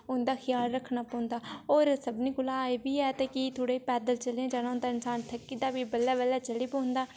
उं'दा ख्याल रक्खना पौंदा होर सभनें कोला एह् बी ऐ ते कि थोह्ड़े पैदल चलियै जाना होंदा ते प्ही इंसान थक्की जंदा प्ही बल्लें बल्लें चली पौंदा